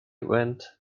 went